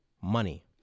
money